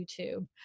YouTube